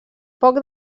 poc